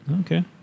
Okay